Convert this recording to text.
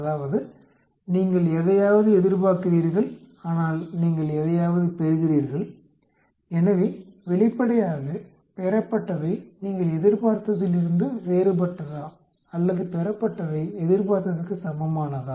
அதாவது நீங்கள் எதையாவது எதிர்பார்க்கிறீர்கள் ஆனால் நீங்கள் எதையாவது பெறுகிறீர்கள் எனவே வெளிப்படையாக பெறப்பட்டவை நீங்கள் எதிர்பார்த்ததிலிருந்து வேறுபட்டதா அல்லது பெறப்பட்டவை எதிர்பார்த்ததற்கு சமமானதா